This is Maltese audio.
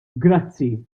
grazzi